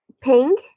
pink